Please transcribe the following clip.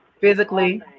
physically